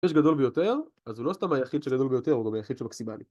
כשיש גדול ביותר, אז הוא לא סתם היחיד שגדול ביותר, הוא גם היחיד שמקסימלי